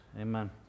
amen